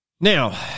Now